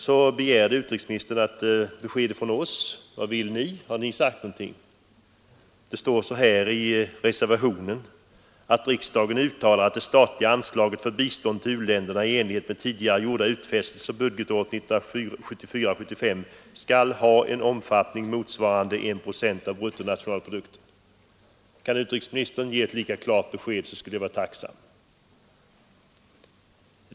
Så begärde utrikesministern besked från oss: Vad vill ni, har ni sagt något? I reservationen 1 hemställs om att riksdagen uttalar att ”det statliga anslaget för bistånd till u-länderna i enlighet med tidigare gjorda utfästelser budgetåret 1974/75 skall ha en omfattning motsvarande 1 96 av bruttonationalprodukten”. Kan utrikesministern ge ett lika klart besked skulle jag vara tacksam.